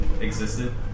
existed